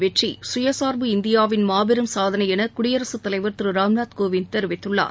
வெற்றி சுயசார்பு இந்தியாவின் மாபெரும் சாதனை என குடியரசுத் தலைவர் திரு ராம்நாத் கோவிந்த் தெரிவித்துள்ளார்